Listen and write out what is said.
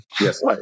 Yes